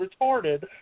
retarded